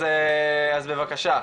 אז בבקשה.